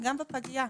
גם בפגייה,